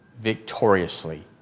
victoriously